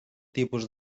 tipus